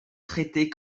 traitée